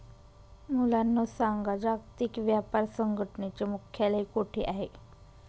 मुलांनो सांगा, जागतिक व्यापार संघटनेचे मुख्यालय कोठे आहे